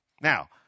Now